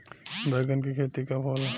बैंगन के खेती कब होला?